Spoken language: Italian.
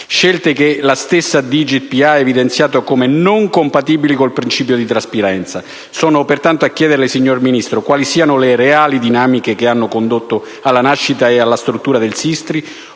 amministrazione (DigitPA) ha evidenziato come non compatibili col principio di trasparenza. Sono pertanto a chiederle, signor Ministro, quali siano le reali dinamiche che hanno condotto alla nascita e alla struttura del SISTRI,